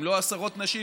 אם לא עשרות נשים,